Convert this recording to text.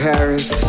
Paris